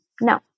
no